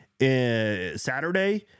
Saturday